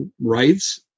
rights